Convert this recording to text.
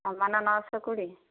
ସମାନ ନଅଶହ କୋଡ଼ିଏ